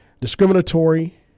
discriminatory